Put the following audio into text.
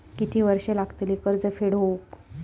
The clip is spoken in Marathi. किती वर्षे लागतली कर्ज फेड होऊक?